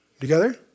Together